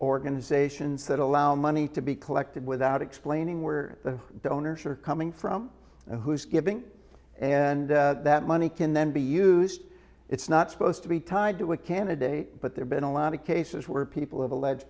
organizations that allow money to be collected without explaining where the donors are coming from and who's giving and that money can then be used it's not supposed to be tied to a candidate but there's been a lot of cases where people have alleged